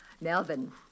melvin